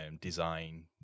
design